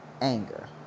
anger